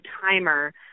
timer